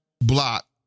block